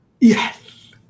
Yes